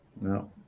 no